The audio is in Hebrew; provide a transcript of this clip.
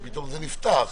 כשפתאום זה נפתח,